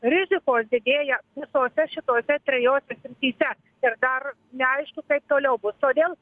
rizikos didėja visose šitose trejose srityse ir dar neaišku kaip toliau bus todėl